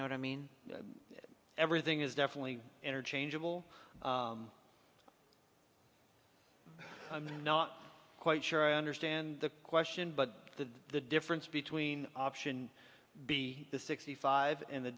know what i mean everything is definitely energy changeable i'm not quite sure i understand the question but the the difference between option b the sixty five and the